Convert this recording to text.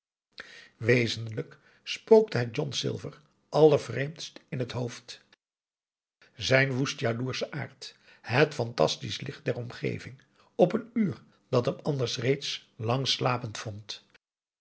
wezenlijk spookte het john silver allervreemdst in het hoofd zijn woest jaloersche aard het fantastisch licht der omgeving op een uur dat hem aum boe akar anders reeds lang slapend vond